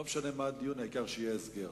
לא משנה מה הדיון, העיקר שיהיה הסגר.